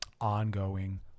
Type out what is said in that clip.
ongoing